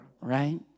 right